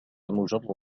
مجرد